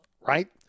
right